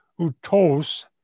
utos